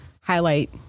highlight